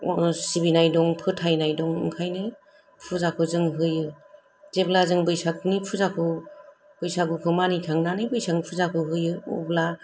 सिबिनाय दं फोथायनाय दं ओंखायनो फुजाखौ जों होयो जेब्ला जों बैसागनि फुजाखौ बैसागुखौ मानि खांनानै बैसाखनि फुजाखौ होयो अब्ला